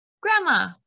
Grandma